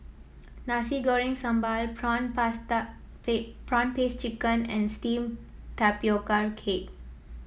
Nasi Goreng Sambal prawn prwan paste chicken and steam Tapioca Cake